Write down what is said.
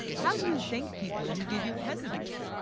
how, do you think people who give you presents